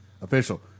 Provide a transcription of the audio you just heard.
Official